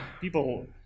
people